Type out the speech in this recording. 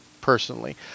personally